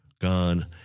gone